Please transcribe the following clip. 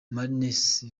marines